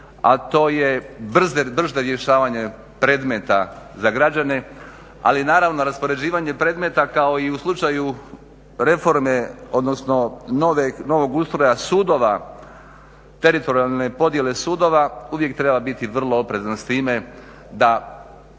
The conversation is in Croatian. a to je brže rješavanje predmeta za građane, ali naravno raspoređivanje predmeta kao i u slučaju reforme odnosno novog ustroja sudova teritorijalne podjele sudova uvijek treba biti vrlo oprezan s time da